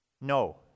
No